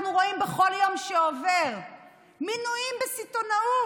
אנחנו רואים בכל יום שעובר מינויים בסיטונאות,